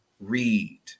read